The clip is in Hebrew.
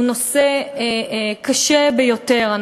הוא נושא קשה ביותר.